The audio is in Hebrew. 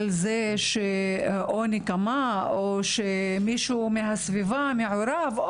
זה שאו נקמה או מישהו מהסביבה מעורב.